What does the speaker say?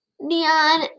neon